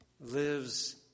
lives